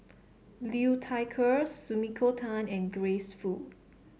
Liu Thai Ker Sumiko Tan and Grace Fu